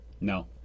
No